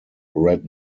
red